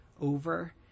over